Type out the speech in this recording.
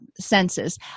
Senses